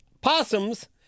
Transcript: possums